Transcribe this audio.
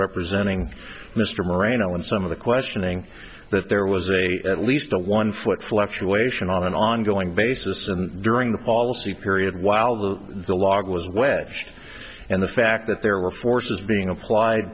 represent mr moreno in some of the questioning that there was a at least a one foot fluctuation on an ongoing basis and during the policy period while the log was away and the fact that there were forces being applied